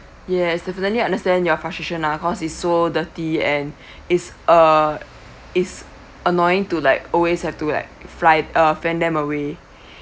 yes definitely I understand your frustration ah cause it's so dirty and is uh is annoying to like always have to like fly uh fan them away